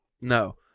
No